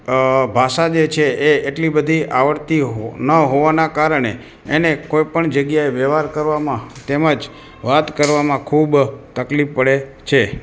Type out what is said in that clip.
અ ભાષા જે છે એ એટલી બધી આવડતી હો ન હોવાનાં કારણે એને કોઇપણ જગ્યાએ વ્યવહાર કરવામાં તેમજ વાત કરવામાં ખૂબ તકલીફ પડે છે